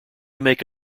make